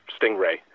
stingray